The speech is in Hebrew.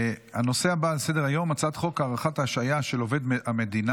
הנושא הבא על סדר-היום: הצעת חוק הארכת השעיה של עובד המדינה